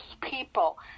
people